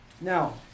Now